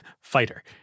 fighter